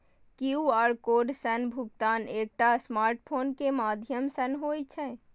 QR code सं भुगतान एकटा स्मार्टफोन के माध्यम सं होइ छै